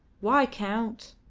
why count?